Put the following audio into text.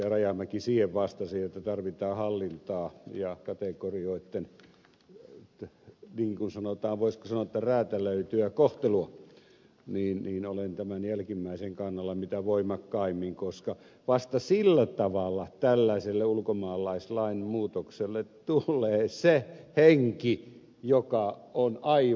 rajamäki siihen vastasi että tarvitaan hallintaa ja kategorioitten niin kuin sanotaan voisiko sanoa räätälöityä kohtelua niin olen tämän jälkimmäisen kannalla mitä voimakkaimmin koska vasta sillä tavalla tällaiselle ulkomaalaislain muutokselle tulee se henki joka on aivan välttämätön